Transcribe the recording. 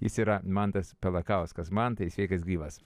jis yra mantas pelakauskas mantai sveikas gyvas